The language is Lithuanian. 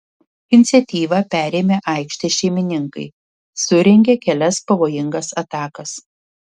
iniciatyvą perėmę aikštės šeimininkai surengė kelias pavojingas atakas